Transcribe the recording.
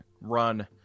run